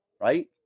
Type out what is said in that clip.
right